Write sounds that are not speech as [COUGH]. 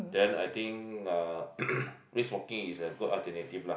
then I think uh [COUGHS] brisk walking is a good alternative lah